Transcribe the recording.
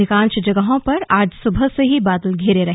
अधिकांश जगहों पर आज सुबह से ही बादल धिरे रहे